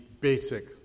basic